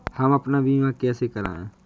हम अपना बीमा कैसे कराए?